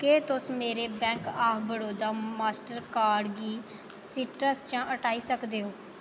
केह् तुस मेरे bank of Baroda master card गी सीट्रस चा हटाई सकदे ओ